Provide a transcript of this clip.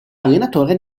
allenatore